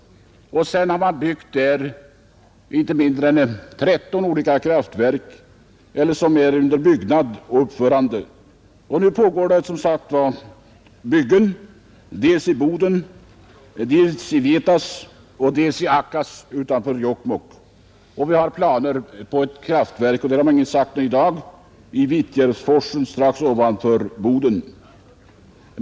Sedan har inte mindre än 13 olika kraftverk byggts, varav några fortfarande är under uppförande. Nu pågår som sagt byggen i Boden, Vietas och Akkats utanför Jokkmokk. Det finns också planer på ett kraftverk, därom har man inget sagt i dag, i Vittjärvsforsen strax ovanför Boden.